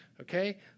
okay